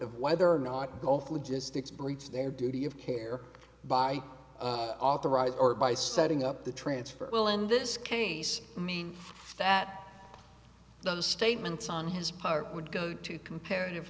of whether or not golf logistics breached their duty of care by authorized or by setting up the transfer will end this case mean that those statements on his part would go to comparative